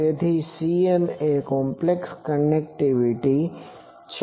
તેથી Cn એક complex quantity છે